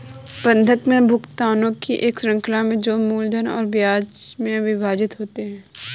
बंधक में भुगतानों की एक श्रृंखला में जो मूलधन और ब्याज में विभाजित होते है